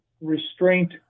restraint